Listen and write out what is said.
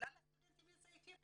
לכלל הסטודנטים יוצאי אתיופיה